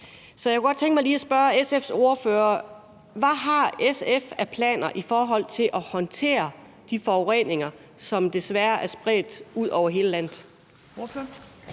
Så jeg kunne godt tænke mig lige at spørge SF's ordfører: Hvad har SF af planer i forhold til at håndtere de forureninger, som desværre er spredt ud over hele landet?